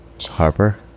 Harper